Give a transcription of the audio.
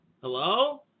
Hello